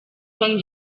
són